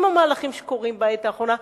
עם המהלכים שקורים בעת האחרונה,